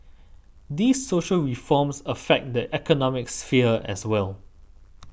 these social reforms affect the economic sphere as well